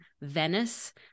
Venice